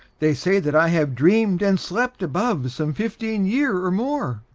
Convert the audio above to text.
they say that i have dream'd and slept above some fifteen year or more.